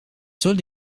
soll